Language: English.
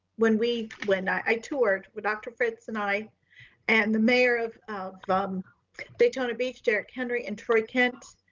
when we, when i toured with dr. fritz and i and the mayor of of um daytona beach, derrick henry and troy kent,